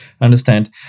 understand